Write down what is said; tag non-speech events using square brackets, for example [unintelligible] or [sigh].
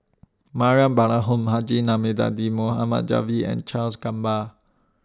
Mariam Balaharom Haji Namazie [unintelligible] Mohd Javad and Charles Gamba